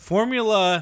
Formula